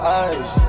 eyes